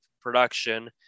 production